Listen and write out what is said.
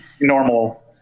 normal